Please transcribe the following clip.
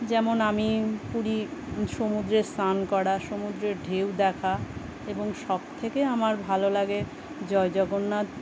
যেমন আমি পুরী সমুদ্রে স্নান করা সমুদ্রের ঢেউ দেখা এবং সবথেকে আমার ভালো লাগে জয় জগন্নাথ